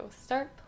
start